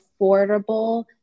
affordable